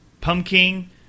pumpkin